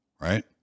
Right